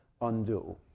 undo